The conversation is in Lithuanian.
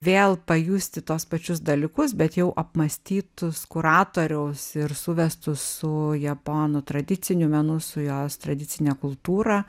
vėl pajusti tuos pačius dalykus bet jau apmąstytus kuratoriaus ir suvestus su japonų tradiciniu menu su jos tradicine kultūra